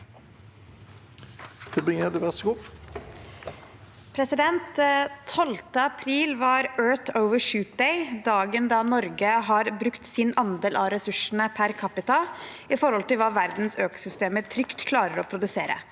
«12. april var Earth Overshoot Day. Dagen da Norge har brukt sin andel av ressursene, per capita, i forhold til det verdens økosystemer trygt klarer å produsere.